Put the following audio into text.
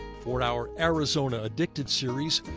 for our arizona addicted series,